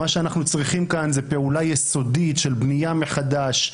מה שאנחנו צריכים כאן זה פעולה יסודית של בנייה מחדש,